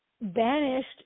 vanished